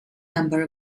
number